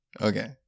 Okay